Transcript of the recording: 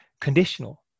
conditional